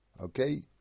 okay